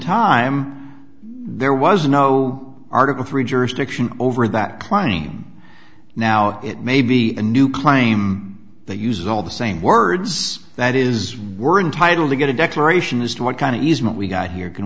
time there was no article three jurisdiction over that claim now it may be a new claim that uses all the same words that is we're entitled to get a declaration as to what kind of easement we got here can